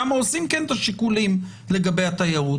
שם עושים את השיקולים לגבי התיירות.